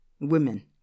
women